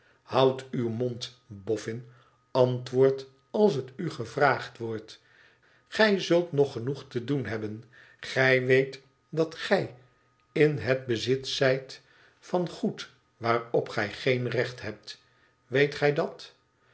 houd uw mond boffin antwoord als het u gevraagd wordt gij zult nog genoeg te doen hebben gij weet dat gij in het bezit zijt van goed waarop gij geen recht hebt weet gij dat